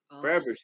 Forever